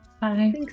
Bye